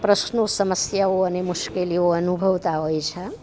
પ્રશ્નો સમસ્યાઓ અને મુશ્કેલીઓ અનુભવતા હોય છે